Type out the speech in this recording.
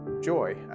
joy